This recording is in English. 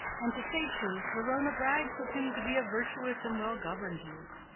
and, to say truth, verona brags of him to be a virtuous and well-govern'd youth.